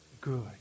good